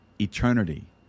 eternity